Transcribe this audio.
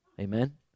Amen